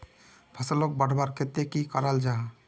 फसलोक बढ़वार केते की करा जाहा?